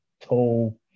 tall